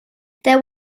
there